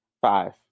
five